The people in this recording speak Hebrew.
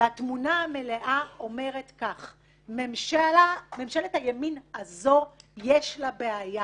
והתמונה המלאה אומרת כך: לממשלת הימין הזאת יש בעיה